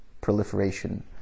proliferation